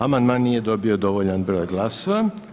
Amandman nije dobio dovoljan broj glasova.